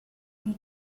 non